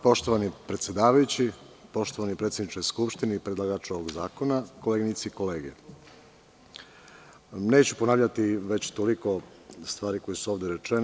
Poštovani predsedavajući, poštovani predsedniče Skupštine i predlagaču ovog zakona, koleginice i kolege, neću ponavljati već toliko stvari koje su ovde rečene.